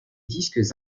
disques